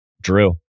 Drew